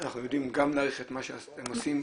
אנחנו יודעים גם להעריך את מה שאתם עושים,